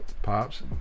Pops